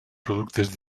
productes